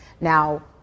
Now